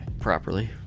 Properly